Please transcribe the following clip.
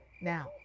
Now